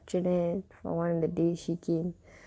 archanai for one of the days she came